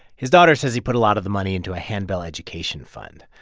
his daughter says he put a lot of the money into a handbell education fund.